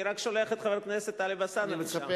אני רק שולח את חבר הכנסת טלב אלסאנע לשם.